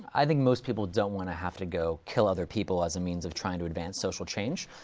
i think most people don't want to have to go kill other people as a means of trying to advance social change.